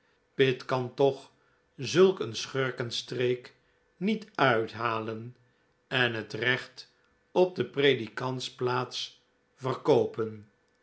pitt kan toch zulk een schurkenstreek niet uithalen en het recht op de predikantsplaats verkoopen